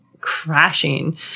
crashing